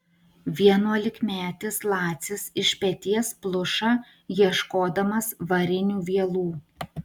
vienuolikmetis lacis iš peties pluša ieškodamas varinių vielų